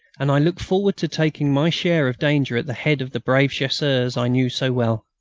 and i looked forward to taking my share of danger at the head of the brave chasseurs i knew so well.